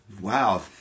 Wow